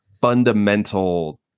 fundamental